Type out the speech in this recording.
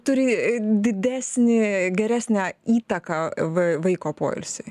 turi didesnį geresnę įtaką va vaiko poilsiui